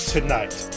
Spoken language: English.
Tonight